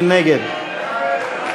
מי נגד?